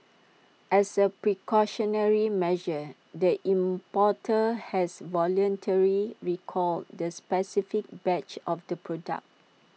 as A precautionary measure the importer has voluntary recalled the specific batch of the product